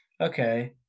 Okay